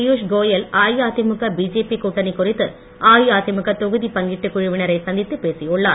பீயுஷ் கோயல் அஇஅதிமுக பிஜேபி கூட்டணி குறித்து அஇஅதிமுக தொகுதி பங்கீட்டுக் குழுவினரை சந்தித்துப் பேசியுள்ளார்